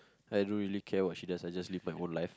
I don't really care what she does I just live my own life